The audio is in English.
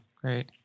great